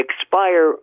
expire